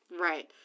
Right